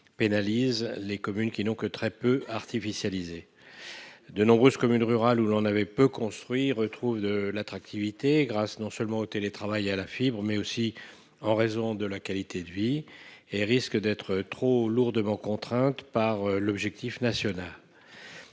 pénalise les communes qui n'ont que très peu artificialisé. De nombreuses communes rurales où l'on avait peu construit redeviennent attractives grâce non seulement au télétravail et à la fibre, mais aussi en raison de la qualité de vie ; elles risquent d'être trop lourdement pénalisées par l'objectif fixé.